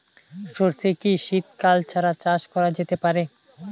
সর্ষে কি শীত কাল ছাড়া চাষ করা যেতে পারে?